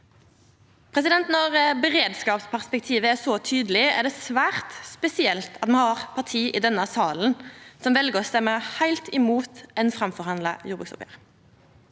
Når beredskapsperspektivet er så tydeleg, er det svært spesielt at me har parti i denne salen som vel å stemma heilt imot eit framforhandla jordbruksoppgjer